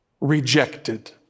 rejected